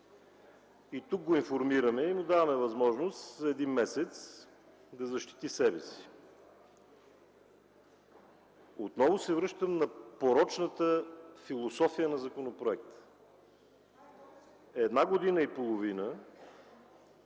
Тук го информираме и му даваме възможност да защити себе си за един месец. Отново се връщам на порочната философия на законопроекта. Една година и половина